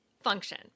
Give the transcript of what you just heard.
function